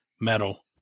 metal